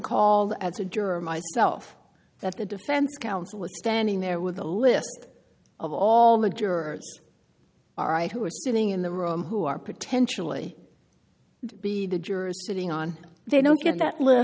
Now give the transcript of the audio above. called as a juror myself that the defense counsel is standing there with a list of all the jurors are right who are sitting in the room who are potentially be the jurors sitting on they don't get that list